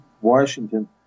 Washington